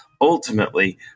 ultimately